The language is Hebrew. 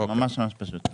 זה ממש פשוט.